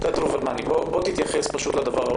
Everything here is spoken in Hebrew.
תתייחס לדבר הבא.